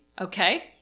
Okay